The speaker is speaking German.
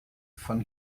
von